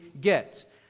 get